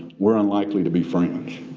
we're unlikely to be friends.